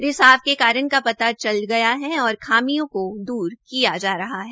रिसाब के कारण का पता चल गया है और खामियों को दूर किया जा रहा है